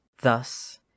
Thus